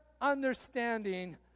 understanding